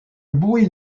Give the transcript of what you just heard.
bouée